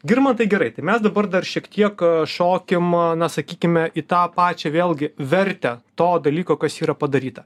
girmantai gerai tai mes dabar dar šiek tiek šokim na sakykime į tą pačią vėlgi vertę to dalyko kas yra padaryta